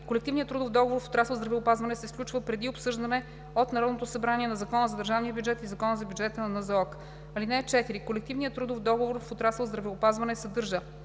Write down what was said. Колективният трудов договор в отрасъл „Здравеопазване“ се сключва преди обсъждане от Народното събрание на Закона за държавния бюджет и Закона за бюджета на НЗОК. (4) Колективният трудов договор в отрасъл „Здравеопазване“ съдържа: